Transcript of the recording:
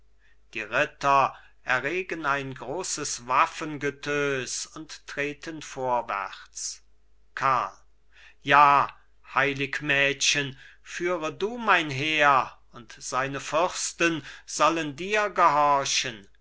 die ritter erregen ein großes waffengetös und treten vorwärts karl ja heilig mädchen führe du mein heer und seine fürsten sollen dir gehorchen